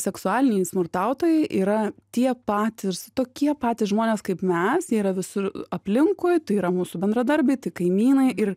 seksualiniai smurtautojai yra tie patys tokie patys žmonės kaip mes jie yra visur aplinkui tai yra mūsų bendradarbiai tai kaimynai ir